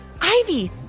Ivy